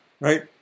Right